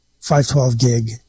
512-gig